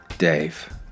Dave